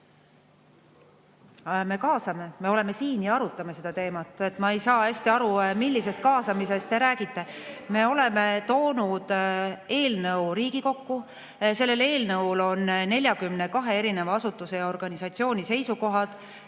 Me kaasame. Me oleme siin ja arutame seda teemat, ma ei saa hästi aru, millisest kaasamisest te räägite. Me oleme toonud eelnõu Riigikokku. Sellel eelnõul on 42 erineva asutuse ja organisatsiooni seisukohad,